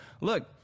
look